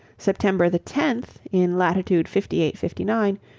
september the tenth, in latitude fifty eight fifty nine,